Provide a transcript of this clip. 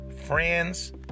Friends